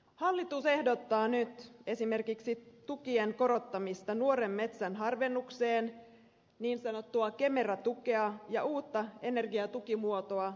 hallitus ehdottaa nyt esimerkiksi tukien korottamista nuoren metsän harvennukseen niin sanottua kemera tukea ja uutta energiatukimuotoa puun haketukseen